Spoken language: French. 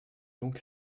donc